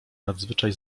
nadzwyczaj